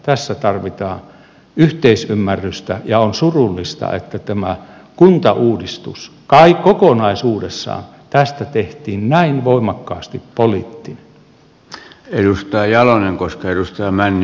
tässä tarvitaan yhteisymmärrystä ja on surullista että kuntauudistuksesta kokonaisuudessaan tehtiin näin voimakkaasti poliittinen